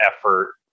effort